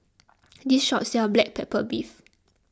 this shop sells Black Pepper Beef